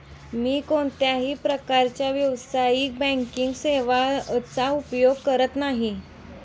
मी कोणत्याही प्रकारच्या व्यावसायिक बँकिंग सेवांचा उपयोग करत नाही